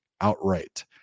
outright